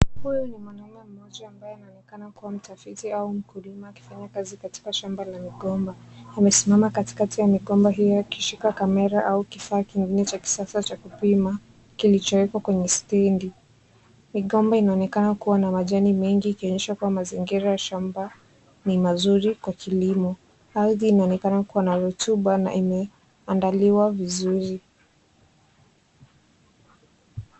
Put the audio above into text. Huyu ni mwanaume mmoja ambaye anaonekana kuwa ni mtafiti au mkulima akifanya kazi katika shamba la migomba, amesimama katikati ya migomba hio akishika kamera au kifaa kingine cha kisaaa cha kupima, kilicho ekwa kwenye stendi, migomba inaonekana kuwa na majani mengi, ikionyesha kuwa mazingira ya shamba ni mazuri kwa kilimo, ardhi inaonekana kuwa na rotuba na imeandaliwa vizuri.